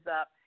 up